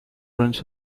runs